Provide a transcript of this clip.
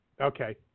Okay